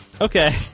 okay